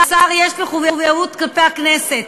לשר יש מחויבות כלפי הכנסת,